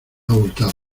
abultada